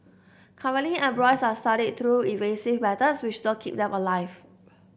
currently embryos are studied through invasive methods which don't keep them alive